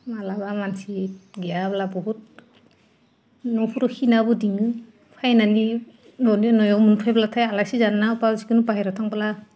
माब्लाबा मानसि गैयाब्ला बहुत न'फोराव खिनाबो दोनो फैनानै न'नि न'आव नुफैब्लाथाय आलासि जानो बा जिखुनु बाहेराव थांब्ला